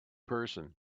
person